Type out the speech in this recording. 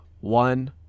one